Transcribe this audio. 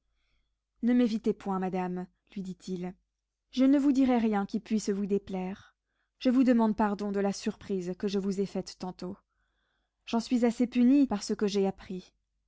ne m'évitez point madame lui dit-il je ne vous dirai rien qui puisse vous déplaire je vous demande pardon de la surprise que je vous ai faite tantôt j'en suis assez puni par ce que j'ai appris